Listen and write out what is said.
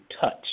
touch